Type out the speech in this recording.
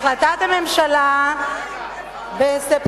החלטת הממשלה בספטמבר,